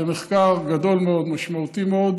זה מחקר גדול מאוד, משמעותי מאוד.